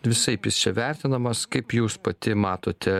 visaip jis čia vertinamas kaip jūs pati matote